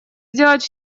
сделать